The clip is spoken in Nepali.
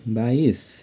बाइस